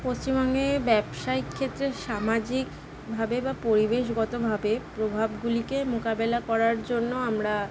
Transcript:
পশ্চিমবঙ্গে ব্যবসায়ীক ক্ষেত্রে সামাজিকভাবে বা পরিবেশগতভাবে প্রভাবগুলিকে মোকাবেলা করার জন্য আমরা